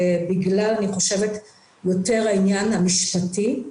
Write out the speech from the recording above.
אני חושבת שיותר בגלל העניין המשפטי.